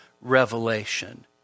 revelation